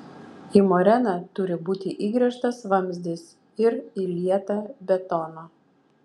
į moreną turi būti įgręžtas vamzdis ir įlieta betono